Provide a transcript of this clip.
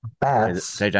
bats